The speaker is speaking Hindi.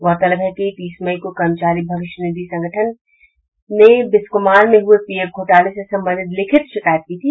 गौरतलब है कि तीस मई को कर्मचारी भविष्य संगठन ने बिस्कोमान में हुये पीएफ घोटाले से संबंधित लिखित शिकायत की थी